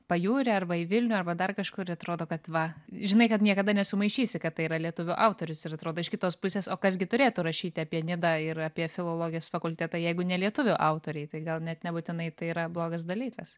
pajūrį arba į vilnių arba dar kažkur atrodo kad va žinai kad niekada nesumaišysi kad tai yra lietuvių autorius ir atrodo iš kitos pusės o kas gi turėtų rašyti apie nidą ir apie filologijos fakultetą jeigu ne lietuvių autoriai tai gal net nebūtinai tai yra blogas dalykas